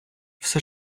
все